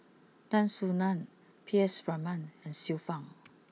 Tan Soo Nan P S Raman and Xiu Fang